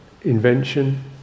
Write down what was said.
invention